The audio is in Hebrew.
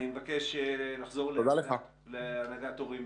אני מבקש לחזור להנהגת הורים.